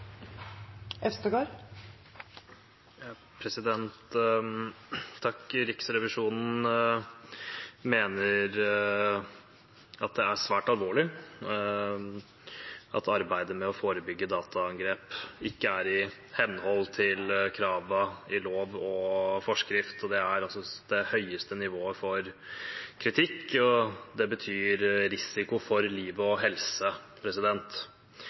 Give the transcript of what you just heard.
svært alvorlig at arbeidet med å forebygge dataangrep ikke er i henhold til kravene i lov og forskrift. Det er det høyeste nivået for kritikk. Det betyr risiko for liv og helse.